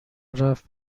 رفت